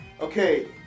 Okay